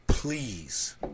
Please